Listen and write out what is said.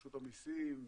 רשות המסים,